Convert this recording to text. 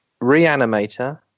Reanimator